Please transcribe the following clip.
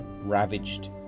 ravaged